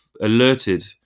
alerted